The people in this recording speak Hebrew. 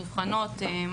מובחנות.